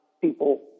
people